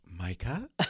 Micah